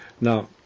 Now